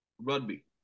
rugby